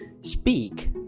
speak